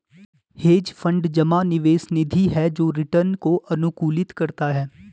hedge fund जमा निवेश निधि है जो रिटर्न को अनुकूलित करता है